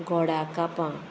गोडा कापां